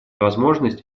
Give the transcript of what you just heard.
возможность